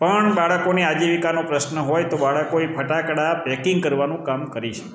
પણ બાળકોની આજીવિકાનો પ્રશ્ન હોય તો બાળકોએ ફટાકડા પેકિંગ કરવાનું કામ કરી શકે